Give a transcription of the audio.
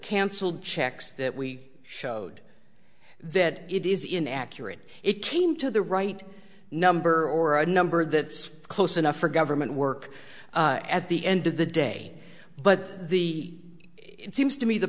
canceled checks that we showed that it is inaccurate it came to the right number or a number that's close enough for government work at the end of the day but the it seems to me the